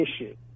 issue